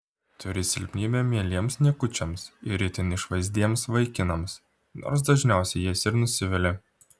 turi silpnybę mieliems niekučiams ir itin išvaizdiems vaikinams nors dažniausiai jais ir nusivili